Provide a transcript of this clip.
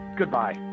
goodbye